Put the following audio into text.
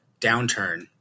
downturn